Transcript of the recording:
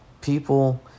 people